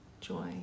joy